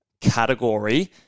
category